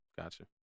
Gotcha